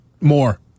More